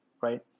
right